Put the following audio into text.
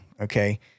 okay